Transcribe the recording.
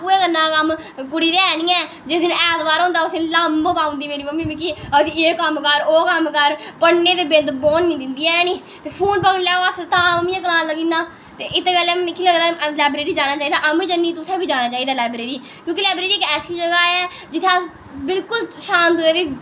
कुन्नै करना कम्म कुड़ी ऐ निं ऐ ते जिस दिन ऐतवार होंदा ते उस दिन लम्ब पाई ओड़दी मम्मी मेरी आक्खदी एह् कम्म कर ओह् कम्म कर पढ़नें ई ते बिंद बौह्न बी निं दिंदी ऐ नी ते ते फोन पकड़ी लैओ अस तां मम्मियें गलान लग्गी पौना ते इत्त गल्ला मिगी लगदा लाईब्रेरी जाना चाहिदा आमीं जन्नी ते तुसें बी जाना चाहिदा लाईब्रेरी क्योंकि लाईब्रेरी इक्क ऐसी जगह ऐ जित्थें अस बिल्कुल शांत